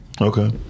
okay